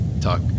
talk